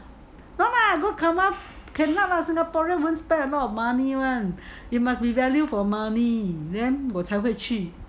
no lah good karma cannot lah singaporean don't spend a lot of money [one] it must be value for money then 我才会去